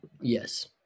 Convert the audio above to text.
yes